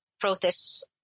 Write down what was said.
protests